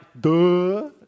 duh